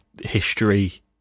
history